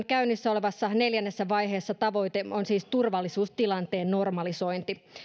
käynnissä olevassa neljännessä vaiheessa tavoite on siis turvallisuustilanteen normalisointi